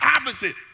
opposite